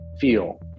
feel